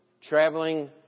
traveling